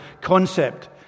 concept